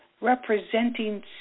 representing